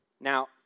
Now